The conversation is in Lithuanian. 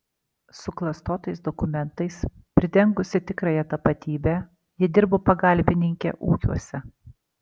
suklastotais dokumentais pridengusi tikrąją tapatybę ji dirbo pagalbininke ūkiuose